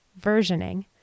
versioning